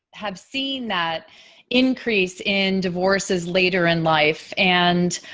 have seen that increase in divorces later in life, and,